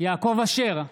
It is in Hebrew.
יעקב אשר,